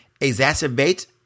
exacerbate